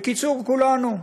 בקיצור, כולנו.